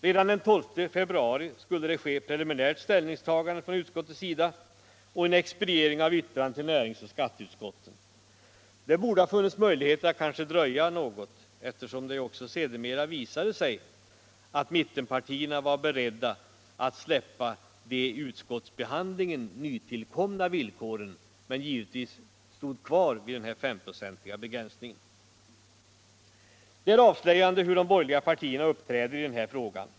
Redan den 12 februari skulle det ske preliminärt ställningstagande från utskottets sida och en expediering av yttrandet till näringsoch skatteutskotten. Det borde ha funnits möjligheter att dröja något, eftersom det ju också sedermera visade sig att mittenpartierna var beredda att släppa de i utskottsbehandlingen nytillkomna villkoren — men givetvis stod kvar vid den S-procentiga begränsningen. Det är avslöjande hur de borgerliga partierna uppträder i den här frågan.